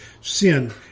sin